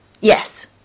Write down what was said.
Yes